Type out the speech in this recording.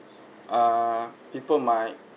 err people might